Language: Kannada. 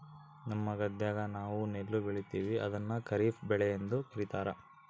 ನಮ್ಮ ಗದ್ದೆಗ ನಾವು ನೆಲ್ಲು ಬೆಳೀತೀವಿ, ಅದನ್ನು ಖಾರಿಫ್ ಬೆಳೆಯೆಂದು ಕರಿತಾರಾ